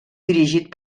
dirigit